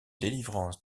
délivrance